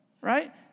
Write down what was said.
right